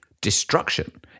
destruction